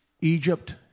Egypt